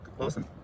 awesome